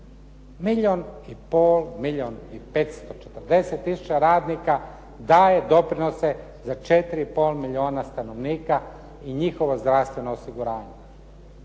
Milijon i pol, milijon i 540 tisuća radnika daje doprinose za 4 i pol milijuna stanovnika i njihovo zdravstveno osiguranje.